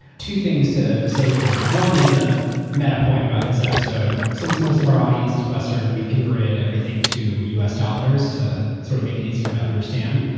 two things to say here. one is a meta point about this episode. since most of our audience are western, we've converted everything to us dollars to sort of make it easier to understand.